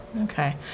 Okay